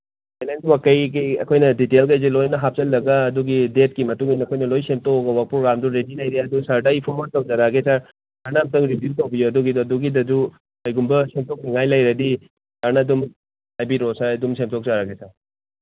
balance work ꯀꯩꯀꯩ ꯑꯩꯈꯣꯏꯅ ꯗꯤꯇꯦꯜꯁꯈꯩꯁꯦ ꯂꯣꯏꯅ ꯍꯥꯞꯆꯤꯜꯂꯒ ꯑꯗꯨꯒꯤ ꯗꯦꯠꯀꯤ ꯃꯇꯨꯡꯏꯟꯅ ꯑꯩꯈꯣꯏꯅ ꯂꯣꯏ ꯁꯦꯝꯇꯣꯛꯑꯒ ꯋꯥꯔꯛ ꯄ꯭ꯔꯣꯒꯥꯝꯗꯨ ꯔꯦꯗꯤ ꯂꯩꯔꯦ ꯑꯗꯨ ꯁꯥꯔꯗ ꯑꯩ ꯐꯣꯔꯋꯥꯔꯠ ꯇꯧꯖꯔꯛꯑꯒꯦ ꯁꯥꯔ ꯁꯥꯔꯅ ꯑꯝꯇꯪ ꯔꯤꯚꯤꯌꯨ ꯇꯧꯕꯤꯌꯨ ꯑꯗꯨꯒꯤꯗꯣ ꯑꯗꯨꯒꯤꯗꯁꯨ ꯀꯩꯒꯨꯝꯕ ꯁꯦꯝꯇꯣꯛꯅꯤꯉꯥꯏ ꯂꯩꯔꯗꯤ ꯁꯥꯔꯅ ꯑꯗꯨꯝ ꯍꯥꯏꯕꯤꯔꯛꯑꯣ ꯁꯥꯔ ꯑꯩ ꯑꯗꯨꯝ ꯁꯦꯝꯇꯣꯛꯆꯔꯛꯑꯒꯦ ꯁꯥꯔ